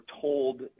told